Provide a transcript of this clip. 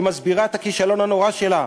היא מסבירה את הכישלון הנורא שלה.